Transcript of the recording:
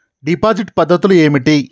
Deposit పద్ధతులు ఏమిటి?